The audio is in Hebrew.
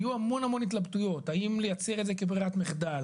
היו המון המון התלבטויות האם לייצר את זה כברירת מחדל,